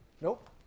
Nope